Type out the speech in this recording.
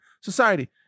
society